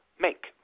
make